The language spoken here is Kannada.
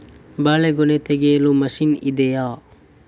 ಬಾಳೆಗೊನೆ ತೆಗೆಯಲು ಮಷೀನ್ ಇದೆಯಾ?